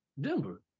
Denver